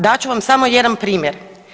Dat ću vam samo jedan primjer.